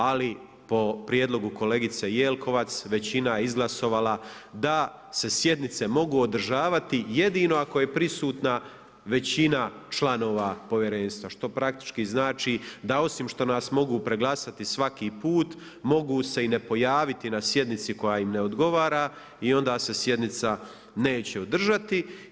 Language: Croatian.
Ali po prijedlogu kolegice Jelkovac većina je izglasovala da se sjednice mogu održavati jedino ako je prisutna većina članova Povjerenstva što praktički znači da osim što nas mogu preglasati svaki put mogu se i ne pojaviti na sjednici koja im ne odgovara i onda se sjednica neće održati.